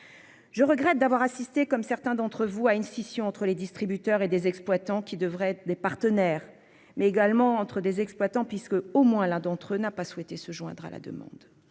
Je regrette d'avoir assisté comme certains d'entre vous à une scission entre les distributeurs et des exploitants, qui devrait être des partenaires mais également entre des exploitants puisque au moins l'un d'entre eux n'a pas souhaité se joindre à la demande.